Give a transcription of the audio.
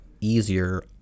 easier